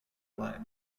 life